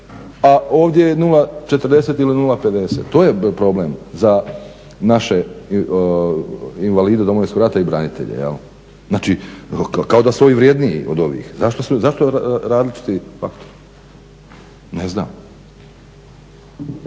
a ovdje je 0,40 ili 0,50 to je problem za naše invalide Domovinskog rata i branitelje, jel? Znači kao da su ovi vredniji od ovih. Zašto različiti faktori? Ne znam.